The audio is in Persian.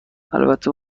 البته